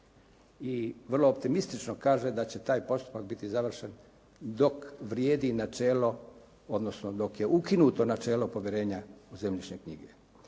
i vrlo optimistično kaže da će taj postupak biti završen dok vrijedi načelo, odnosno dok je ukinuto načelo povjerenja u zemljišne knjige.